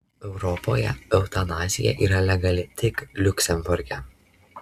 europoje eutanazija yra legali tik liuksemburge